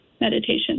meditation